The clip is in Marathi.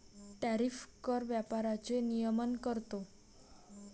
टॅरिफ कर व्यापाराचे नियमन करतो